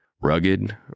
Rugged